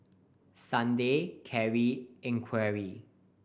Sunday Cari and Enrique